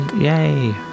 yay